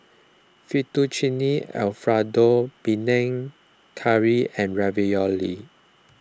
Fettuccine Alfredo Panang Curry and Ravioli